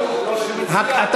העיקרון הוא שמציע ההצעה,